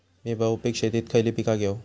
मी बहुपिक शेतीत खयली पीका घेव?